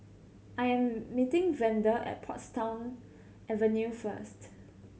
I am meeting Vander at Portsdown Avenue first